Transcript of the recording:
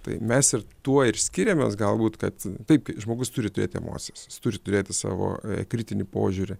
tai mes ir tuo ir skiriamės galbūt kad taip žmogus turi turėti emocijas jis turi turėti savo kritinį požiūrį